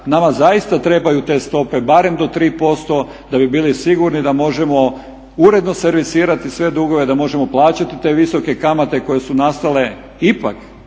nama zaista trebaju te stope barem do 3% da bi bili sigurni da možemo uredno servisirati sve dugove, da možemo plaćati te visoke kamate koje su nastale ipak